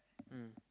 mm